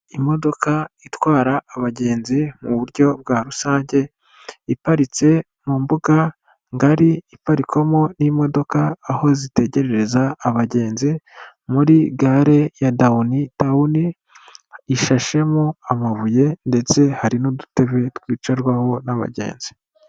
Imodoka itwara abagenzi mu buryo bwa rusange, iparitse mu mbuga ngari iparikwamo n'imodoka aho zitegerereza abagenzi muri gare ya dawuni tawuni, ishashemo amabuye ndetse hari n'udutebe twicarwaho n'abagenzi.